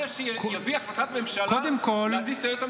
שיביא החלטת ממשלה להזיז את היועצת המשפטית?